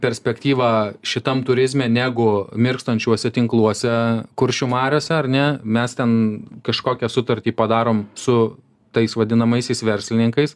perspektyvą šitam turizme negu mirkstančiuose tinkluose kuršių mariose ar ne mes ten kažkokią sutartį padarom su tais vadinamaisiais verslininkais